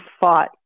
fought